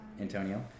Antonio